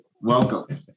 Welcome